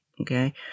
Okay